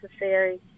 necessary